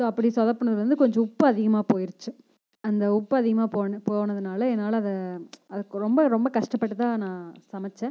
so அப்படி சொதப்பினது வந்து கொஞ்சம் உப்பு அதிகமாக போயிடுச்சி அந்த உப்பு அதிகமாக போன போனதினால என்னால் அதை அது ரொம்ப ரொம்ப கஷ்டப்பட்டு தான் நான் சமைத்தேன்